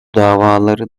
davaları